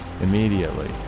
immediately